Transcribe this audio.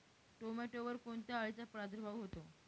टोमॅटोवर कोणत्या अळीचा प्रादुर्भाव होतो?